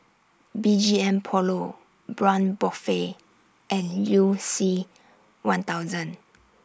B G M Polo Braun Buffel and YOU C one thousand